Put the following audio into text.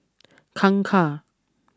Kangkar